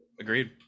agreed